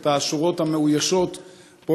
את השורות המאוישות פה,